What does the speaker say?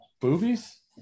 Boobies